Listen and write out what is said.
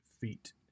feet